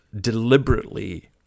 deliberately